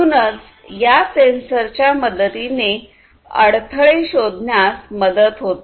म्हणूनच या सेन्सरच्या मदतीने अडथळे शोधण्यास मदत होते